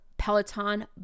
Peloton